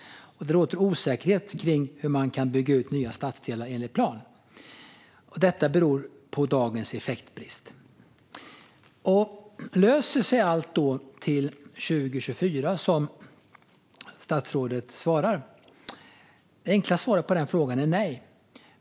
Det råder osäkerhet kring hur man kan bygga upp nya stadsdelar enligt plan. Detta beror på dagens effektbrist. Löser sig då allt till 2024, som statsrådet svarar? Det enkla svaret på den frågan är nej.